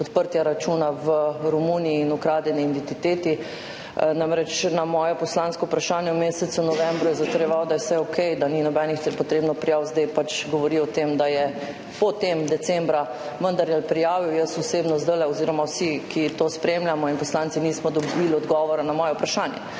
odprtja računa v Romuniji in ukradene identitete. Na moje poslansko vprašanje v mesecu novembru je zatrjeval, da je vse okej, da ni potrebnih nobenih prijav, zdaj pa govori o tem, da je potem decembra vendarle prijavil. Jaz osebno oziroma vsi, ki to spremljamo in poslanci, zdaj nismo dobili odgovorana moje vprašanje,